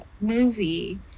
movie